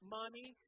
money